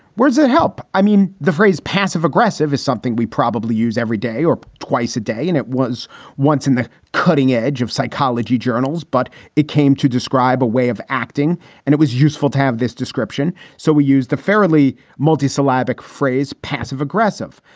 where does it help? i mean, the phrase passive aggressive is something we probably use every day or twice a day. and it was once in the cutting edge of psychology journals, but it came to describe a way of acting and it was useful to have this description. so we use the fairly multisyllabic phrase, passive aggressive.